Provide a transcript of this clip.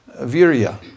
Virya